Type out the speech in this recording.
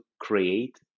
create